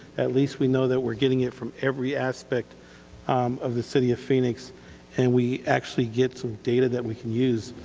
at least we know we are getting it from every aspect of the city of phoenix and we actually get some data that we can use.